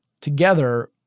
together